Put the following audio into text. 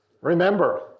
remember